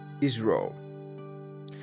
Israel